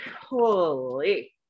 holy